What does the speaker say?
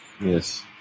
Yes